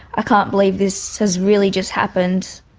can't believe this has really just happened.